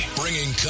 bringing